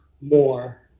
more